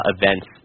events